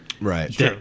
right